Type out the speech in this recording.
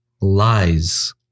lies